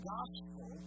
Gospel